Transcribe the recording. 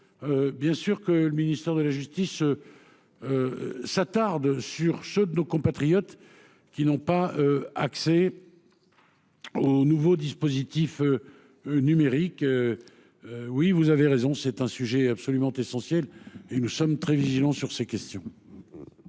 Requier, que le ministère de la justice s'intéresse à ceux de nos compatriotes qui n'ont pas accès aux nouveaux dispositifs numériques. Oui, c'est un sujet essentiel et nous sommes très vigilants sur ces questions.